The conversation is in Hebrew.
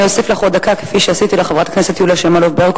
אני אוסיף לך עוד דקה כפי שעשיתי לחברת הכנסת יוליה שמאלוב-ברקוביץ,